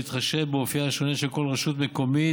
בהתחשב באופייה השונה של כל רשות מקומית